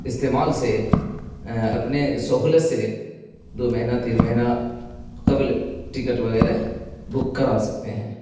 استعمال سے اپنے سہولت سے دو مہینہ تین مہینہ قبل ٹکٹ وغیرہ بک کرا سکتے ہیں